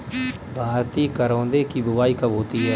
भारतीय करौदे की बुवाई कब होती है?